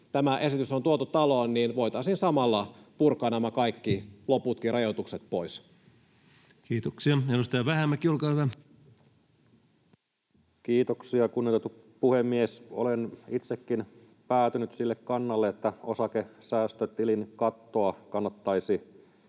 tämä esitys on tuotu taloon, voitaisiin samalla purkaa kaikki loputkin rajoitukset pois. Kiitoksia. — Edustaja Vähämäki, olkaa hyvä. Kiitoksia, kunnioitettu puhemies! Olen itsekin päätynyt sille kannalle, että osakesäästötilin kattoa kannattaisi